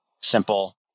simple